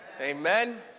Amen